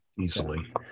easily